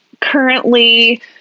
currently